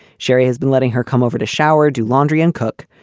sherry has been letting her come over to shower, do laundry and cook,